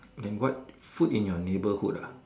then what food in your neighbourhood ah